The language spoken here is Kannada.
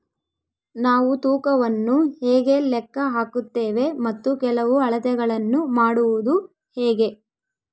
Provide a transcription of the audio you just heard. ನಾವು ತೂಕವನ್ನು ಹೇಗೆ ಲೆಕ್ಕ ಹಾಕುತ್ತೇವೆ ಮತ್ತು ಕೆಲವು ಅಳತೆಗಳನ್ನು ಮಾಡುವುದು ಹೇಗೆ?